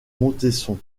montesson